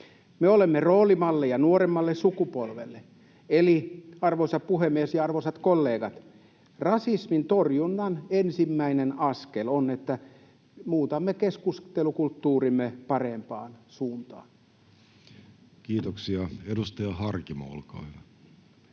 Me olemme roolimalleja nuoremmalle sukupolvelle. Eli, arvoisa puhemies ja arvoisat kollegat, rasismin torjunnan ensimmäinen askel on, että muutamme keskustelukulttuurimme parempaan suuntaan. [Speech 41] Speaker: Jussi Halla-aho